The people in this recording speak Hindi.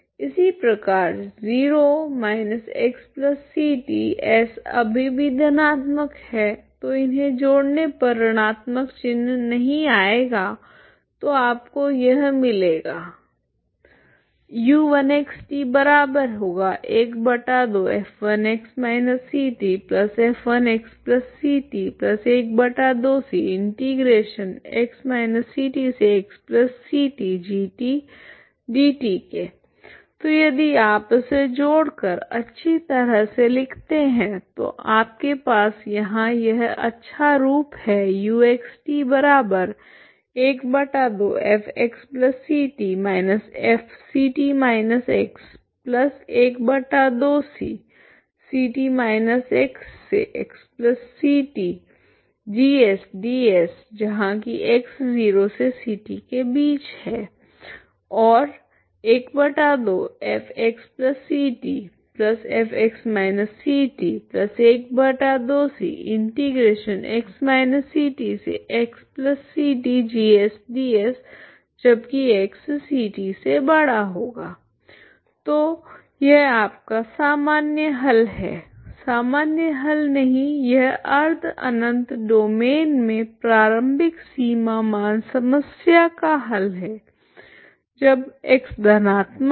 इसी प्रकार 0 xct s अभी भी धनात्मक है तो इन्हे जोड़ने पर ऋणात्मक चिन्ह नहीं आएगा तो आपको यह मिलेगा तो यदि आप इसे जोड़ कर अच्छी तरह से लिखते हैं तो आपके पास यहां यह अच्छा रूप है तो यह आपका सामान्य हल है सामान्य हल नहीं यह अर्ध अनंत डोमैन में प्रारंभिक सीमा मान समस्या का हल है जब x धनात्मक है